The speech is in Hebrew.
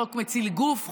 חוק מציל גוף,